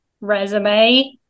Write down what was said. resume